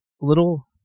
little